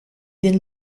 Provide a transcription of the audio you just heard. din